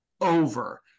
over